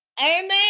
Amen